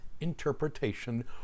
interpretation